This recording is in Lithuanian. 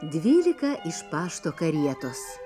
dvylika iš pašto karietos